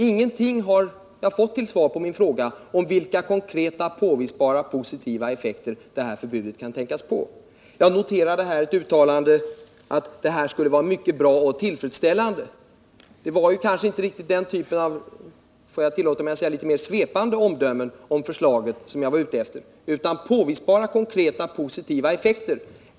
Jag har inte fått något svar på min fråga om vilka konkreta och påvisbara positiva effekter det här förbudet kan tänkas få. Jag noterade visserligen ett uttalande om att detta skulle vara mycket bra och tillfredsställande, men det var kanske inte riktigt den typen av —om uttrycket tillåts —- svepande omdömen om förslaget som jag var ute efter. Jag ville veta om det fanns några påvisbara och konkreta positiva effekter.